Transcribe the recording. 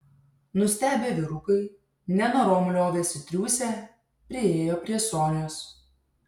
nustebę vyrukai nenorom liovėsi triūsę priėjo prie sonios